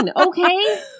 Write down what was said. okay